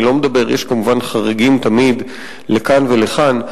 תמיד יש כמובן חריגים לכאן ולכאן,